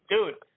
Dude